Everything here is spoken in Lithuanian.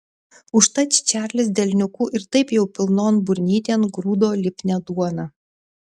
užtat čarlis delniuku ir taip jau pilnon burnytėn grūdo lipnią duoną